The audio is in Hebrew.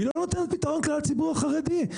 והיא לא נותנת פתרון לכלל הציבור החרדי.